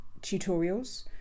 tutorials